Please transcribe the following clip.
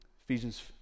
Ephesians